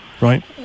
Right